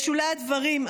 בשולי הדברים,